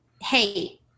hey